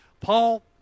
Paul